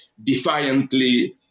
Defiantly